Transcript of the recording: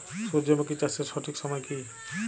সূর্যমুখী চাষের সঠিক সময় কি?